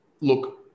look